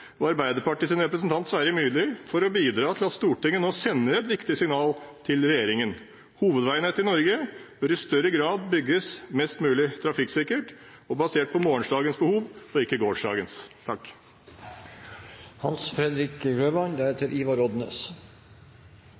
og Arbeiderpartiets representant, Sverre Myrli, for å bidra til at Stortinget nå sender et viktig signal til regjeringen. Hovedveinettet i Norge bør i større grad bygges mest mulig trafikksikkert, basert på morgendagens behov, ikke